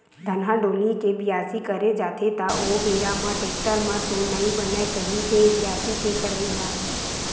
धनहा डोली के बियासी करे जाथे त ओ बेरा म टेक्टर म तो नइ बनय कही दे बियासी के करई ह?